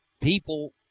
People